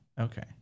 okay